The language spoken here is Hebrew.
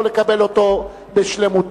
ולא לקבל אותו בשלמותו.